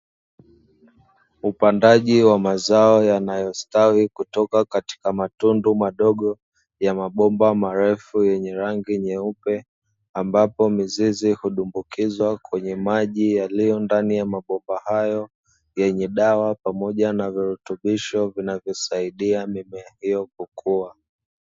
Upandaji wa mazao yanayostawi kutoka katika matundu madogo ya mabomba marefu yenye rangi nyeupe ambapo mizizi hudumbukizwa kwenye maji yaliyo ndani ya mabomba hayo yenye dawa pamoja na virutubisho vinavyosaidia mimea hiyo kukua.